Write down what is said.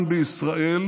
ויישם,